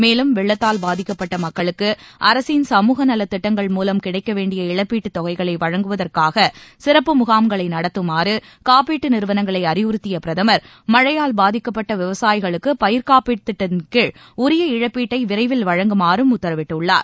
மேலும் வெள்ளத்தால் பாதிக்கப்பட்ட மக்களுக்கு அரசின் சமூக நலத்திட்டங்கள் மூலம் கிடைக்க வேண்டிய இழப்பீட்டுத் தொகைகளை வழங்குவதற்காக சிறப்பு முகாம்களை நடத்துமாறு காப்பீட்டு நிறுவனங்களை அறிவுறுத்திய பிரதமர் மழையால் பாதிக்கப்பட்ட விவசாயிகளுக்கு பயிர் காப்பீட்டுத் திட்டத்தின் கீழ் உரிய இழப்பீட்டை விரைவில் வழங்குமாறும் உத்தரவிட்டுள்ளார்